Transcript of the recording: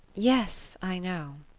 yes i know.